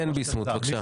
כן, ביסמוט, בבקשה.